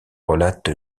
relate